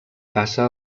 passa